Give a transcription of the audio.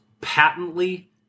patently